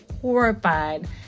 horrified